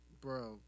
Bro